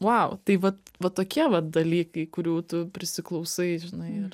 vau tai vat va tokie va dalykai kurių tu prisiklausai žinai ir